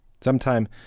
Sometime